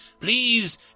Please